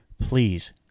Please